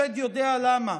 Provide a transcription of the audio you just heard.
השד יודע למה,